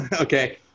Okay